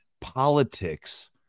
politics